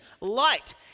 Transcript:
Light